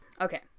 Okay